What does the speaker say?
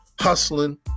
hustling